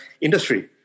industry